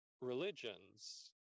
religions